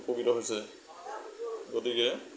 উপকৃত হৈছে গতিকে